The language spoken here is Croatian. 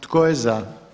Tko je za?